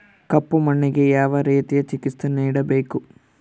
ಕಪ್ಪು ಮಣ್ಣಿಗೆ ಯಾವ ರೇತಿಯ ಚಿಕಿತ್ಸೆ ನೇಡಬೇಕು?